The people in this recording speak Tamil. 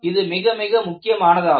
இது மிக மிக முக்கியமானதாகும்